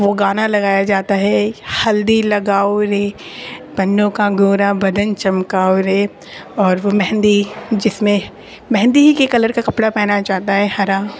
وہ گانا لگایا جاتا ہے ہلدی لگاؤ رے بنو کا گورا بدن چمکاؤ رے اور وہ مہندی جس میں مہندی ہی کے کلر کا کپڑا پہنا جاتا ہے ہرا